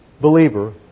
believer